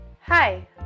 hi